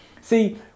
See